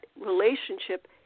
relationship